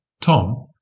Tom